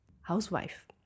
housewife